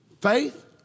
faith